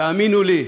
תאמינו לי,